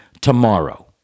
tomorrow